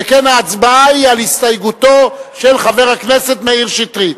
שכן ההצבעה היא על הסתייגותו של חבר הכנסת מאיר שטרית.